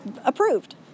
approved